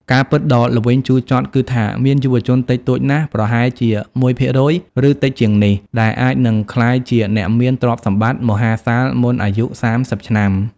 ការពិតដ៏ល្វីងជូរចត់គឺថា មានយុវជនតិចតួចណាស់ ប្រហែលជា ១% ឬតិចជាងនេះ ដែលអាចនឹងក្លាយជាអ្នកមានទ្រព្យសម្បត្តិមហាសាលមុនអាយុ ៣០ ឆ្នាំ។